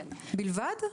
בלבד?